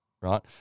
right